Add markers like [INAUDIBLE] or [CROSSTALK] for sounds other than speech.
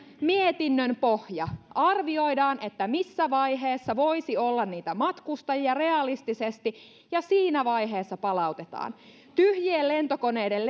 mietinnön pohja arvioidaan missä vaiheessa voisi olla niitä matkustajia realistisesti ja siinä vaiheessa palautetaan tyhjien lentokoneiden [UNINTELLIGIBLE]